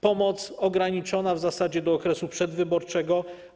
Pomoc ograniczona w zasadzie do okresu przedwyborczego.